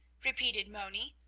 repeated moni,